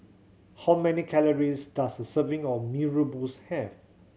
how many calories does a serving of Mee Rebus have